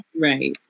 Right